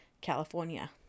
California